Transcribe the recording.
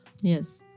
Yes